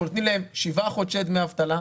אנחנו נותנים להן שבעה חודשי דמי אבטלה.